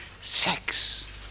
sex